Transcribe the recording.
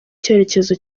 cyerekezo